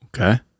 Okay